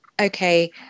Okay